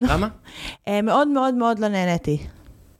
למה? אה, מאוד, מאוד, מאוד לא נהניתי.